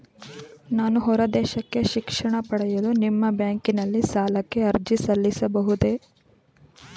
ನಾನು ಹೊರದೇಶಕ್ಕೆ ಶಿಕ್ಷಣ ಪಡೆಯಲು ನಿಮ್ಮ ಬ್ಯಾಂಕಿನಲ್ಲಿ ಸಾಲಕ್ಕೆ ಅರ್ಜಿ ಸಲ್ಲಿಸಬಹುದೇ?